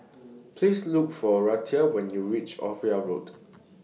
Please Look For Reatha when YOU REACH Ophir Road